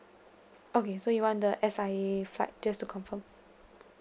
okay so you want the S_I_A flight just to confirm